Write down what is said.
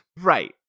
Right